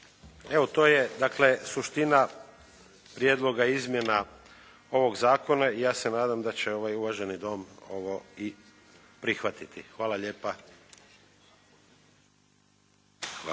Evo to je dakle suština prijedloga izmjena ovog zakona i ja se nadam da će ovaj uvaženi Dom ovo i prihvatiti. Hvala lijepa.